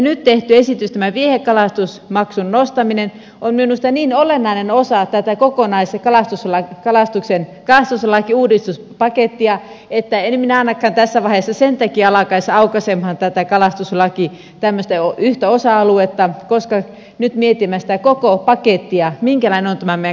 nyt tehty esitys tämä viehekalastusmaksun nostaminen on minusta niin olennainen osa tätä koko kalastuslakiuudistuspakettia että en minä ainakaan tässä vaiheessa sen takia alkaisi aukaisemaan tätä kalastuslain yhtä osa aluetta koska nyt mietimme sitä koko pakettia minkälainen on tämä meidän kalastuslakiuudistus